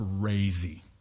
crazy